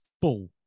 full